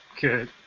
Good